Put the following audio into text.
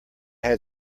had